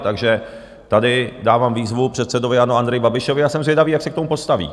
Takže tady dávám výzvu předsedovi ANO Andreji Babišovi a jsem zvědavý, jak se k tomu postaví.